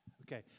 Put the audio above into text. okay